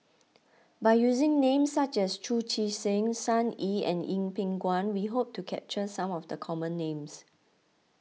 by using names such as Chu Chee Seng Sun Yee and Yeng Pway Ngon we hope to capture some of the common names